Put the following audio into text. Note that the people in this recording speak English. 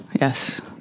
yes